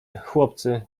chłopcy